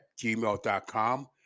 gmail.com